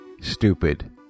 Stupid